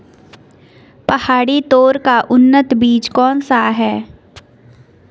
पहाड़ी तोर का उन्नत बीज कौन सा है?